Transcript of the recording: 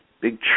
big